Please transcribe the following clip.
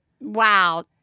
Wow